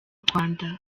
rwanda